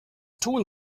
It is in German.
tun